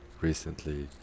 recently